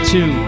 Two